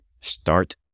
start